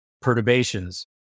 Perturbations